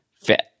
fit